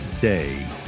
day